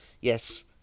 yes